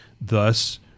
Thus